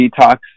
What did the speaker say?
detox